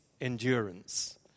endurance